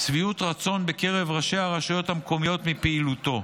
שביעות רצון בקרב ראשי הרשויות המקומיות מפעילותו.